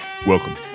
Welcome